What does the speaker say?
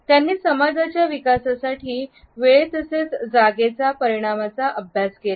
त्यांनी समाजाच्या विकासासाठी वेळ तसेच जागेचा परिणामचा अभ्यास केला